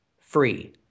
free